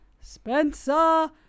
Spencer